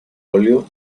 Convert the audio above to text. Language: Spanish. óleo